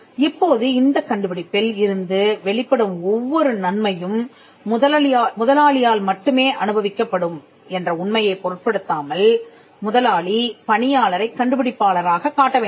இப்போது இந்தக் கண்டுபிடிப்பில் இருந்து வெளிப்படும் ஒவ்வொரு நன்மையும் முதலாளியால் மட்டுமே அனுபவிக்கப்படும் என்ற உண்மையைப் பொருட்படுத்தாமல் முதலாளி பணியாளரைக் கண்டுபிடிப்பாளராக காட்ட வேண்டும்